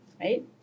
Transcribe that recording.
right